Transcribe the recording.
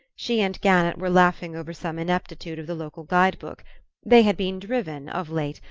she and gannett were laughing over some ineptitude of the local guide-book they had been driven, of late,